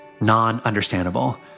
non-understandable